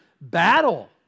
battle